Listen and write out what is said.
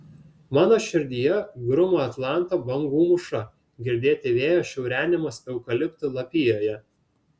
mano širdyje gruma atlanto bangų mūša girdėti vėjo šiurenimas eukaliptų lapijoje